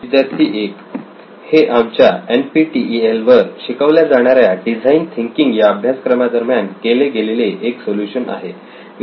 विद्यार्थी 1 हे आमच्या NPTEL वर शिकवल्या जाणार्या डिझाईन थिंकिंग या अभ्यासक्रमादरम्यान केले गेलेले एक सोल्युशन आहे